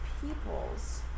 peoples